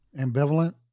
ambivalent